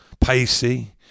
pacey